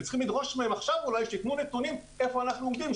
וצריך לדרוש מהם עכשיו שיתנו נתונים כדי לדעת איפה אנחנו עומדים,